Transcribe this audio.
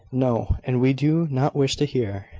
no and we do not wish to hear.